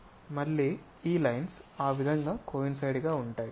మళ్ళీ ఈ లైన్స్ ఆ విధంగా కోయిన్సైడ్ గా ఉంటాయి